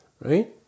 right